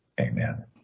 Amen